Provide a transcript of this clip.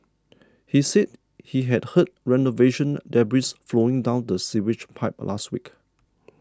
he said he had heard renovation debris flowing down the sewage pipe last week